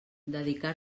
dedicar